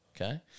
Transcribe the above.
Okay